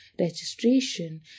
registration